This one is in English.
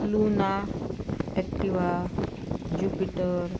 luna Activa jupiter